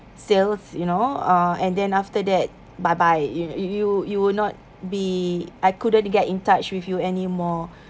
sales you know uh and then after that bye bye you you you will not be I couldn't get in touch with you anymore